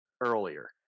earlier